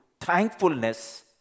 thankfulness